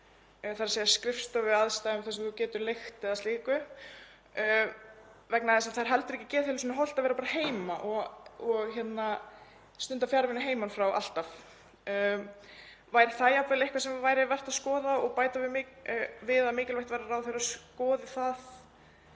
þ.e. skrifstofuaðstöðu sem þú getur leigt eða slíkt, vegna þess að það er heldur ekki geðheilsunni hollt að vera bara heima og stunda fjarvinnu heiman frá alltaf. Væri það jafnvel eitthvað sem væri vert að skoða og bæta við, að mikilvægt væri að ráðherra skoðaði það